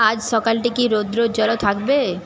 আজ সকালটি কি রৌদ্রোজ্জ্বল থাকবে